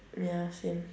ya same